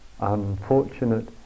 unfortunate